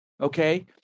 okay